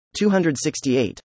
268